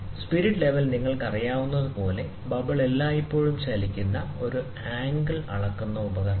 spirit level നിങ്ങൾക്കറിയാവുന്നതുപോലെ bubble എല്ലായ്പ്പോഴും ചലിക്കുന്ന ഒരു ആംഗിൾ അളക്കുന്ന ഉപകരണമാണ്